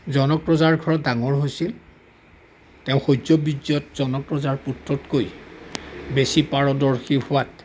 জনক ৰজাৰ ঘৰত ডাঙৰ হৈছিল তেওঁৰ শৌৰ্য বীৰ্যত জনক ৰজাৰ পুত্ৰতকৈ বেছি পাৰদৰ্শী হোৱাত